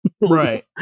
right